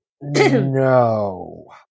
No